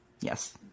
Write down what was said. yes